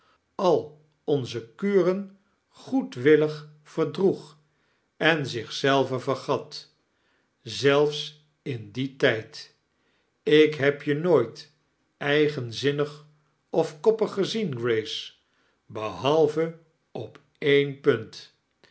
al onze kuren goedwillig verdroeg en zich zelve vergat zelfs in dien tijd ik heb je nooit eigenzinnig of koppig gezien grace behalve op een punt